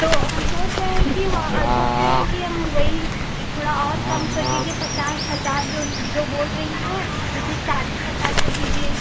तो हम सोच रहे हैं कि वहाँ सोच रहे हैं कि हम वही कि थोड़ा और कम कर दीजिए पचास हज़ार जो जो बोल रही हैं उसे चालीस हज़ार कर दीजिए